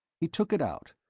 he took it out,